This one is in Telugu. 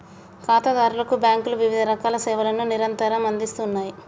ఖాతాదారులకు బ్యాంకులు వివిధరకాల సేవలను నిరంతరం అందిస్తూ ఉన్నాయి